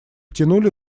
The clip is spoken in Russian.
тянули